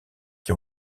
qui